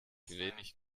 wenig